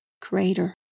Crater